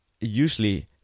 usually